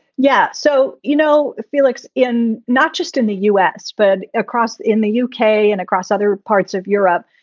yeah so, you know, felix, in not just in the u s, but across in the u k. and across other parts of europe.